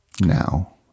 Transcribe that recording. now